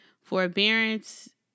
Forbearance